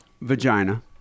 Vagina